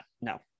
No